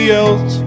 else